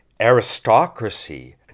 aristocracy